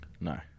No